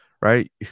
right